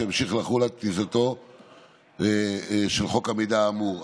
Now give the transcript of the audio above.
שימשיך לחול עד כניסתו של חוק המידע האמור.